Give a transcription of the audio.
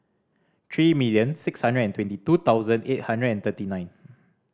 three million six hundred and twenty two thousand eight hundred and thirty nine